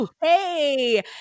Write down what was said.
hey